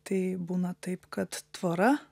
tai būna taip kad tvora